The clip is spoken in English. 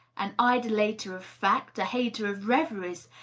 an idolater of fact, a hater of reveries,